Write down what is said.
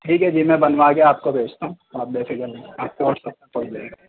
ٹھیک ہے جی میں بنوا کے آپ کو بھیجتا ہوں آپ بےفکر رہیں